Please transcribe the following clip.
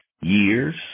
years